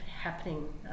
happening